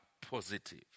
positive